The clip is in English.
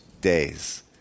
days